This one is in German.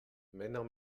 männer